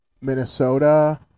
Minnesota